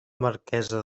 marquesa